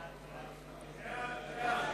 סעיפים